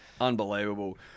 Unbelievable